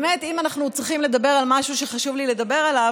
אם אנחנו צריכים לדבר על מה שחשוב לי לדבר עליו,